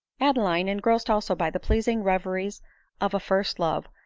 adeline, engrossed also by the pleasing reveries of a first love,